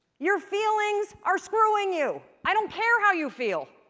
your feelings are screwing you! i don't care how you feel!